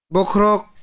Bokrok